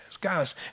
guys